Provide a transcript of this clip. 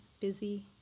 busy